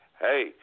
Hey